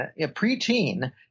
preteen